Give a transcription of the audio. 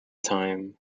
time